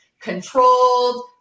controlled